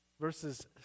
Verses